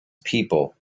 people